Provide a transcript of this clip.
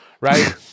right